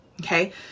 Okay